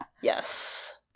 yes